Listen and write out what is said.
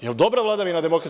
Jel dobra vladavina DS?